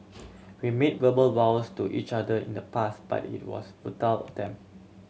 we made verbal vows to each other in the pass but it was futile attempt